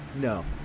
No